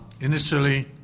initially